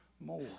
more